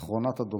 אחרונת הדוברים.